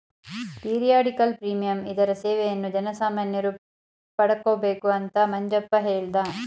periodical premium ಇದರ ಸೇವೆಯನ್ನು ಜನಸಾಮಾನ್ಯರು ಪಡಕೊಬೇಕು ಅಂತ ಮಂಜಪ್ಪ ಹೇಳ್ದ